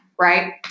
right